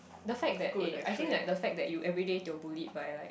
the fact that eh I think like the fact that you everyday to bullied by like